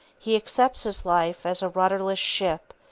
he accepts his life as a rudderless ship,